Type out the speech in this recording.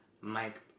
Mike